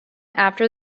after